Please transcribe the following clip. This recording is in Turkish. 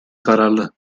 kararlı